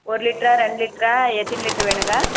ஒரு லிட்ரா ரெண்டு லிட்ரா எத்தனி லிட்ரு வேணுங்கள்